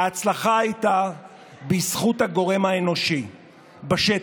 ההצלחה הייתה בזכות הגורם האנושי בשטח.